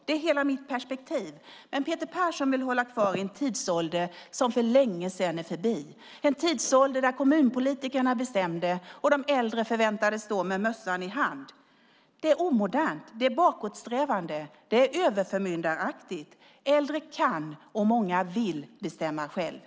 Det är hela mitt perspektiv. Men Peter Persson vill hålla kvar en tidsålder som för länge sedan är förbi, en tidsålder där kommunpolitikerna bestämde och de äldre förväntades stå med mössan i hand. Det är omodernt, det är bakåtsträvande, och det är överförmyndaraktigt. Äldre kan, och många vill, bestämma själva.